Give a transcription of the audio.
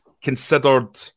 considered